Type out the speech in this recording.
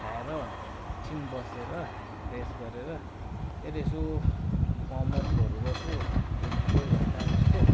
खाएर एकछिन बसेर फ्रेस गरेर फेरि यसो वार्मअपहरू गर्छु एक डेढ घन्टा जस्तो